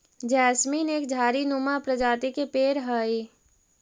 jasmine एक झाड़ी नुमा प्रजाति के पेड़ हई